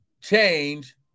change